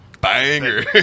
banger